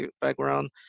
background